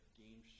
game